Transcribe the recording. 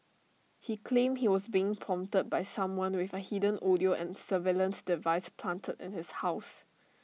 he claimed he was being prompted by someone with A hidden audio and surveillance device planted in his house